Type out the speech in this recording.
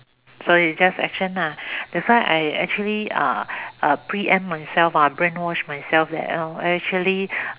so you just action lah that is why I actually uh preempt myself brainwash myself that um I actually